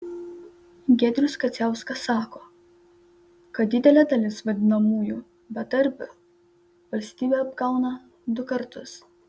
giedrius kadziauskas sako kad didelė dalis vadinamųjų bedarbių valstybę apgauna du kartus